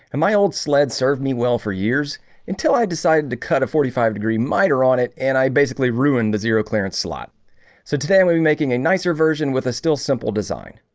um old sled served me well for years until i decided to cut a forty five degree miter on it and i basically ruined the zero clearance slot so today i will be making a nicer version with a still simple design.